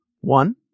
One